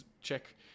check